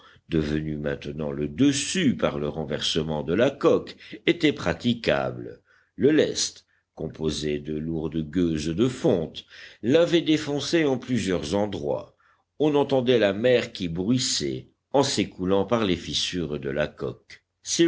devenu maintenant le dessus par le renversement de la coque était praticable le lest composé de lourdes gueuses de fonte l'avait défoncé en plusieurs endroits on entendait la mer qui bruissait en s'écoulant par les fissures de la coque